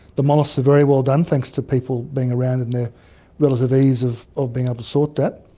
the molluscs are very well done, thanks to people being around in their relative ease of of being able to sort that.